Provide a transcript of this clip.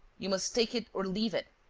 you must take it or leave it.